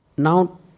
now